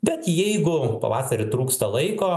bet jeigu pavasarį trūksta laiko